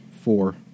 Four